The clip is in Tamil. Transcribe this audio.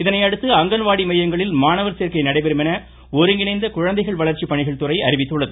இதனையடுத்து அங்கன்வாடி மையங்களில் மாணவர் சேர்க்கை நடைபெறும் என ஒருங்கிணைந்த குழந்தைகள் வளர்ச்சிப் பணிகள் துறை அறிவித்துள்ளது